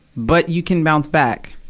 but you can bounce back,